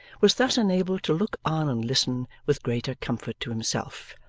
was thus enabled to look on and listen with greater comfort to himself,